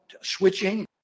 switching